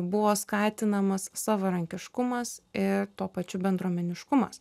buvo skatinamas savarankiškumas ir tuo pačiu bendruomeniškumas